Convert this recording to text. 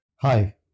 Hi